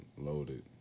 loaded